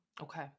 Okay